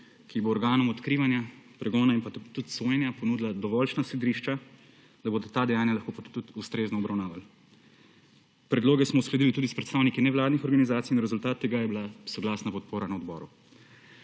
ki bo organom odkrivanja, pregona in pa tudi sojenja ponudila dovoljšna sodišča, da bodo ta dejanja lahko tudi ustrezno obravnavali. Predloge smo uskladili tudi s predstavniki nevladnih organizacij in rezultat tega je bila soglasna podpora na odboru.